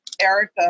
Erica